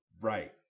right